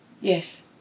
yes